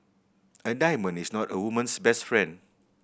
a diamond is not a woman's best friend